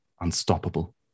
unstoppable